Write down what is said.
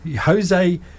Jose